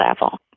level